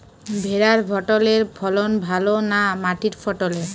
ভেরার পটলের ফলন ভালো না মাটির পটলের?